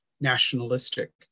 nationalistic